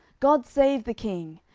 god save the king,